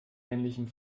ähnlichem